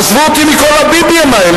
עזבו אותי מכל ה"ביביים" האלה,